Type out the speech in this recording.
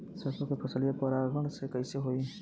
सरसो के फसलिया परागण से कईसे होई?